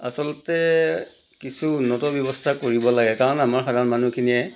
আচলতে কিছু উন্নত ব্যৱস্থা কৰিব লাগে কাৰণ আমাৰ সাধাৰণ মানুহখিনিয়ে